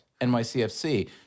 NYCFC